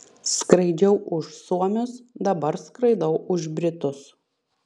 skraidžiau už suomius dabar skraidau už britus